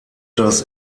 das